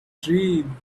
dream